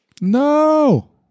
No